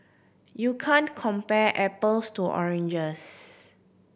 you can't compare apples to oranges